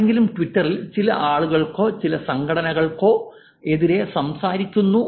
ആരെങ്കിലും ട്വിറ്ററിൽ ചില ആളുകൾക്കോ ചില സംഘടനകൾക്കോ എതിരെ സംസാരിക്കുന്നു